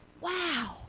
wow